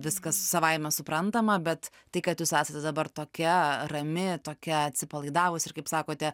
viskas savaime suprantama bet tai kad jūs esate dabar tokia rami tokia atsipalaidavusi ir kaip sakote